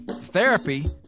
Therapy